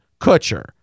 Kutcher